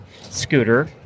scooter